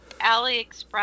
AliExpress